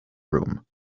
room